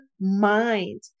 mind